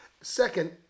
Second